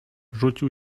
rzucił